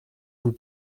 vous